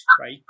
right